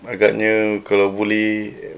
agaknya kalau boleh